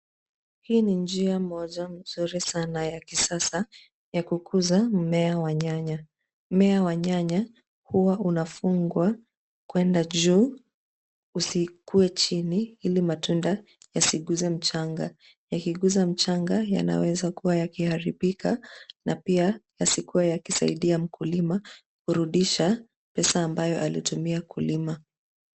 Hii ni njia moja nzuri sana ya kisasa ya kukuza mmea wa nyanya. Mmea wa nyanya huwa unafungwa kwenda juu usikuwe chini, ili matunda yasiguze mchanga. Yakiguza mchanga yanaweza kuwa yakiharibika na pia yasikuwe yakisaidia mkulima kurudisha pesa ambayo alitumia kulima.